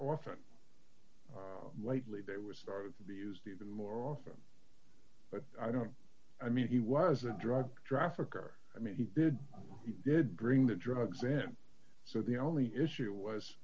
from lately they were starting to be used even more often but i don't i mean he was a drug trafficker i mean he did he did bring the drugs in so the only issue was